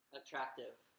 attractive